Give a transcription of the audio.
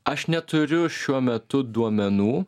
aš neturiu šiuo metu duomenų